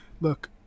Look